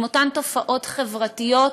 עם אותן תופעות חברתיות,